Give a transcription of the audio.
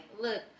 look